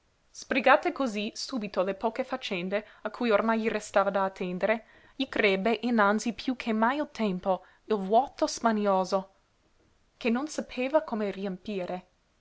sbrigate cosí subito le poche faccende a cui ormai gli restava da attendere gli crebbe innanzi piú che mai il tempo il vuoto smanioso che non sapeva come riempire